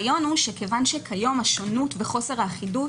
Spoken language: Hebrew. כיום השונות וחוסר האחידות